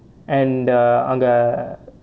and err அங்கே:angae